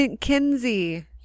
Kinsey